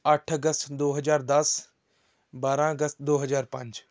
ਅੱਠ ਅਗਸਤ ਦੋ ਹਜ਼ਾਰ ਦਸ ਬਾਰ੍ਹਾਂ ਅਗਸਤ ਦੋ ਹਜ਼ਾਰ ਪੰਜ